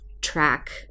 track